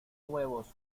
huevos